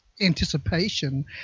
anticipation